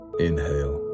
inhale